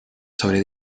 sobre